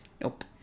Nope